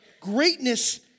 greatness